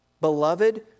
Beloved